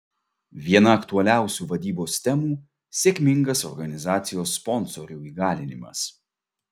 viena aktualiausių vadybos temų sėkmingas organizacijos sponsorių įgalinimas